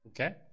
Okay